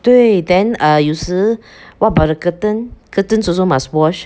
对 then err 有时 what about the curtain curtains also must wash